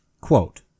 Quote